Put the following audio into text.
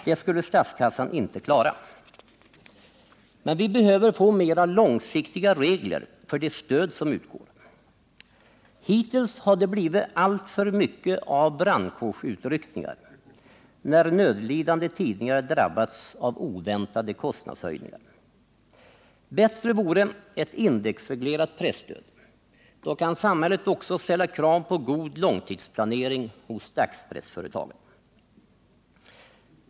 Det skulle statskassan inte klara. Men vi behöver få mera långsiktiga regler för det stöd som utgår. Hittills har det blivit alltför mycket av brandkårsutryckningar, när nödlidande tidningar drabbats av oväntade kostnadshöjningar. Bättre vore ett indexreglerat presstöd. Då kan samhället också ställa krav på god långtidsplanering hos dagspressföretagen.